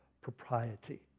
propriety